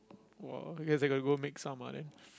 !wah! I guess I gotta go make some of that